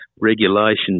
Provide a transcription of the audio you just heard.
regulations